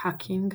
האקינג